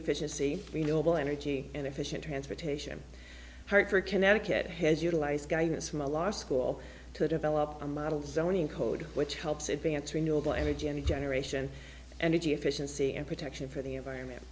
efficiency renewable energy and efficient transportation hartford connecticut has utilized guidance from a law school to develop a model zoning code which helps advance renewable energy generation energy efficiency and protection for the environment